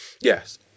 yes